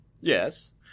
Yes